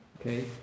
okay